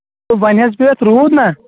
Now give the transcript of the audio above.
تہٕ وۄنۍ حظ پیوٚو یَتھ روٗد نہ